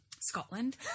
Scotland